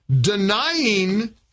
denying